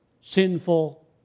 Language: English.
sinful